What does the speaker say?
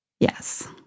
Yes